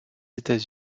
états